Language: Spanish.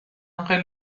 angel